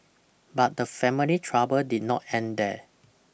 but the family trouble did not end there